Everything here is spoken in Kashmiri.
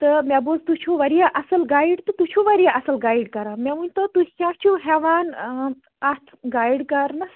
تہٕ مےٚ بوٗز تُہۍ چھُو واریاہ اَصٕل گایڈ تہٕ تُہۍ چھُو واریاہ اَصٕل گایڈ کران مےٚ ؤنۍ تو تُہۍ کیاہ چھِو ہٮ۪وان اَتھ گایڈ کرنَس